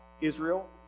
Israel